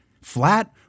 flat